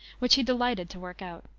which he delighted to work out.